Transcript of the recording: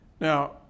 Now